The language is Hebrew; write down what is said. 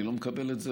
אני לא מקבל את זה,